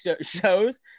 shows